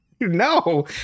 No